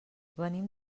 venim